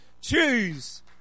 choose